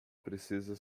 precisa